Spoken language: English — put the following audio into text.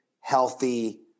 healthy